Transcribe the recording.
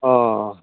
अ